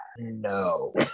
No